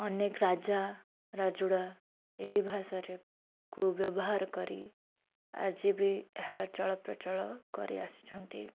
ଅନେକ ରାଜା ରାଜୁଡ଼ା ଏହି ଭାଷାର କୁ ବ୍ୟବହାର କରି ଆଜିବି ଏହାର ଚଳପ୍ରଚଳ କରାଇ ଆସିଛନ୍ତି